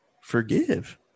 Forgive